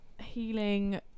healing